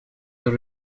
your